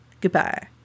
Goodbye